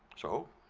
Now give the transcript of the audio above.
so,